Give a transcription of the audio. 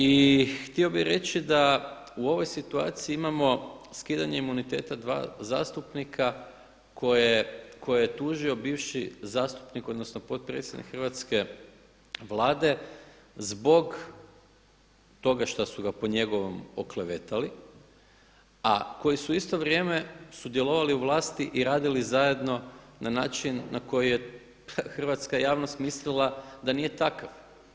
I htio bih reći da u ovoj situaciji imamo skidanje imuniteta dva zastupnike koje je tužio bivši zastupnik odnosno potpredsjednik hrvatske Vlade zbog toga što su ga po njegovom oklevetali, a koji su isto vrijeme sudjelovali u vlasti i radili zajedno na način na koji je hrvatska javnost mislila da nije takav.